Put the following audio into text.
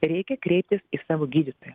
reikia kreiptis į savo gydytoją